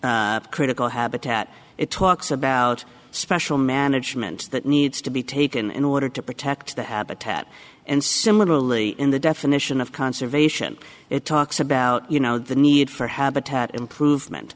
critical habitat it talks about special management that needs to be taken in order to protect the habitat and similarly in the definition of conservation it talks about you know the need for habitat improvement